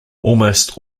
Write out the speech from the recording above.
almost